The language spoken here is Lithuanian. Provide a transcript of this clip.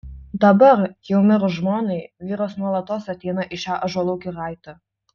dabar jau mirus žmonai vyras nuolatos ateina į šią ąžuolų giraitę